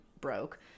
broke